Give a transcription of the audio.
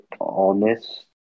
honest